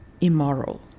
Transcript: immoral